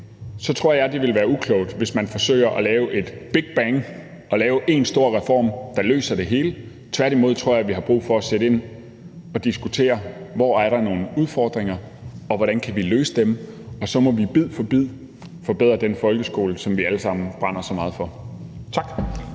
tror jeg, det vil være uklogt, hvis man forsøger at lave et big bang og lave én stor reform, der løser det hele. Tværtimod tror jeg, vi har brug for at sætte ind og diskutere, hvor der er nogle udfordringer, og hvordan vi kan løse dem, og så må vi bid for bid forbedre den folkeskole, som vi alle sammen brænder så meget for. Tak.